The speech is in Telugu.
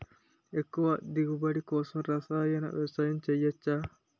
ఎక్కువ దిగుబడి కోసం రసాయన వ్యవసాయం చేయచ్చ?